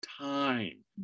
time